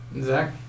Zach